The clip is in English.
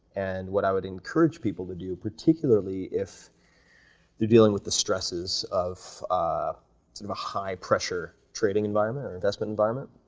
and what i would encourage people to do, particularly if you're dealing with the stresses of ah sort of a high pressure trading environment or investment environment,